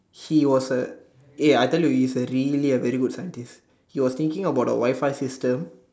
he was a eh I tell you he's a really good scientist he was thinking about the Wi-Fi system